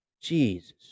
Jesus